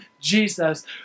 Jesus